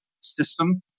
system